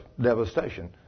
devastation